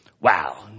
Wow